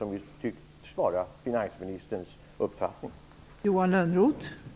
Det tycks ju vara finansministerns uppfattning att vi skall ha det.